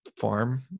farm